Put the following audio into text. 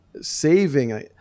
saving